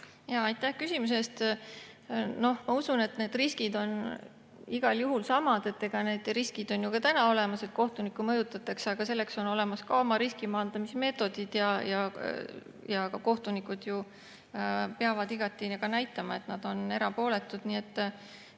Aitäh küsimuse eest! Ma usun, et need riskid on igal juhul samad. Need riskid on ka täna olemas, et kohtunikku mõjutatakse. Aga selleks on olemas oma riskimaandamismeetodid ja ka kohtunikud ju peavad igati näitama, et nad on erapooletud. Nii et